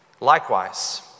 Likewise